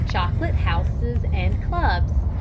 chocolate houses and clubs.